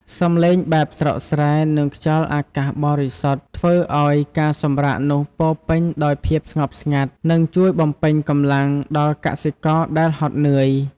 សម្លេងបែបស្រុកស្រែ និងខ្យល់អាកាសបរិសុទ្ធធ្វើឱ្យការសម្រាកនោះពោរពេញដោយភាពស្ងប់ស្ងាត់ និងជួយបំពេញកម្លាំងដល់កសិករដែលហត់នឿយ។